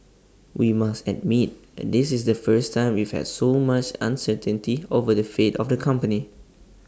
we must admit this is the first time we've had so much uncertainty over the fate of the company